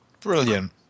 Brilliant